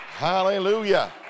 Hallelujah